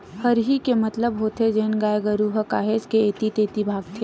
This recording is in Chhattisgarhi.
हरही के मतलब होथे जेन गाय गरु ह काहेच के ऐती तेती भागथे